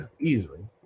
easily